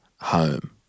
home